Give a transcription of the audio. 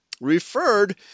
Referred